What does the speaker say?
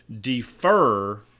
defer